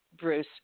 Bruce